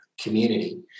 community